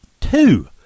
two